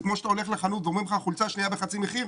זה כמו שאתה הולך לחנות ואומרים לך חולצה שנייה בחצי מחיר.